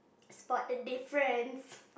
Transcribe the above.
spot the difference